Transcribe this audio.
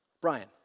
Brian